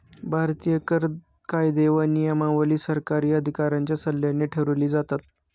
भारतीय कर कायदे व नियमावली सरकारी अधिकाऱ्यांच्या सल्ल्याने ठरवली जातात